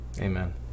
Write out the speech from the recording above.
Amen